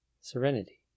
serenity